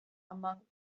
among